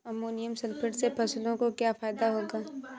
Ammonium sulphate से फसलों को क्या फायदा होगा?